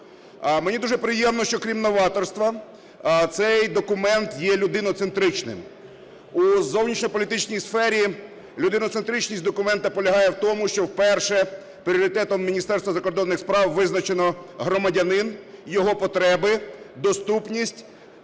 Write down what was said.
Мені дуже приємно, що крім новаторства цей документ є людиноцентричним. У зовнішньополітичній сфері людиноцентричність документа полягає в тому, що вперше пріоритетом Міністерства закордонних справ визначено – громадянин, його потреби, доступність